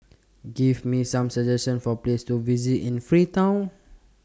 Give Me Some suggestions For Places to visit in Freetown